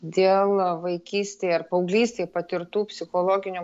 dėl vaikystėj ar paauglystėj patirtų psichologinių